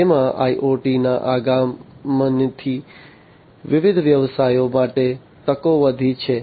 તેમાં IoTના આગમનથી વિવિધ વ્યવસાયો માટેની તકો વધી છે